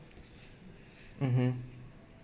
mmhmm